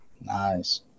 Nice